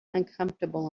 uncomfortable